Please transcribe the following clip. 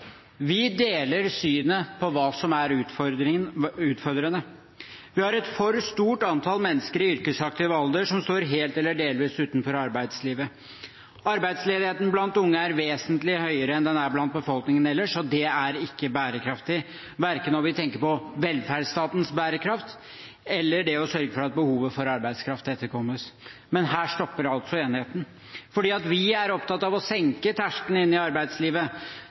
Vi deler synet på hva som er utfordrende. Vi har et for stort antall mennesker i yrkesaktiv alder som står helt eller delvis utenfor arbeidslivet. Arbeidsledigheten blant unge er vesentlig høyere enn blant befolkningen ellers, og det er ikke bærekraftig, verken når vi tenker på velferdsstatens bærekraft eller det å sørge for at behovet for arbeidskraft etterkommes. Her stopper enigheten. Vi er opptatt av å senke terskelen inn i arbeidslivet.